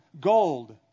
gold